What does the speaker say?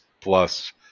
plus